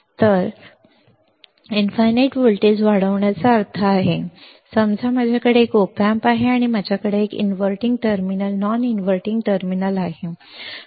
तर याचा अर्थ असा आहे की अनंत व्होल्टेज वाढण्याचा अर्थ काय आहे समजा माझ्याकडे एक op amp आहे आणि माझ्याकडे inverting terminal non inverting terminal आहे